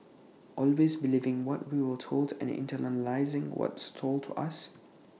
always believing what we are told and internalising what's sold to us